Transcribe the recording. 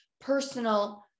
personal